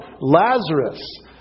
Lazarus